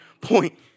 point